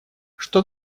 что